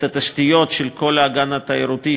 את התשתיות של כל האגן התיירותי,